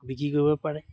বিক্ৰী কৰিব পাৰে